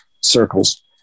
circles